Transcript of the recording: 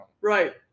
Right